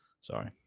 Sorry